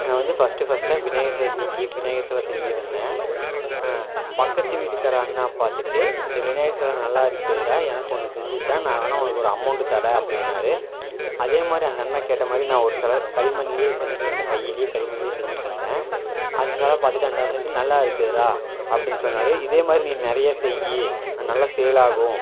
நான் வந்து ஃபஸ்ட்டு ஃபஸ்ட்டாக விநாயகர் சதுர்த்திக்கு விநாயகர் செலை செஞ்சிருந்தேன் பக்கத்து வீட்டுக்கார அண்ணா பார்த்துட்டு இந்த விநாயகர் செலை நல்லா இருக்குதுடா எனக்கு ஒன்று செஞ்சுதா நான் வேணால் உனக்கு ஒரு அமௌண்ட்டு தரேன் அப்படின்னாரு அதேமாதிரி அந்த அண்ணா கேட்ட மாதிரி நான் ஒரு செலை களிமண்லேயே செஞ்சுத் தந்தேன் கையிலேயே களிமண்லேயே செஞ்சுத் தந்தேன் அந்த செலை பார்த்துட்டு அந்த அண்ணா வந்துட்டு நல்லா இருக்குதுடா அப்படின்னு சொன்னார் இதே மாதிரி நீ நிறையா செய் அது நல்லா சேல் ஆகும்